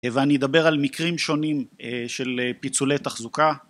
ואני אדבר על מקרים שונים של פיצולי תחזוקה